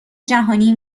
جهانی